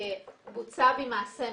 "בוצע בי מעשה מיני".